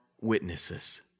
witnesses